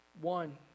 One